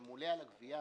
במקום "למכרם"